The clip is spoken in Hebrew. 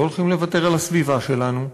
לא הולכים לוותר על הסביבה שלנו,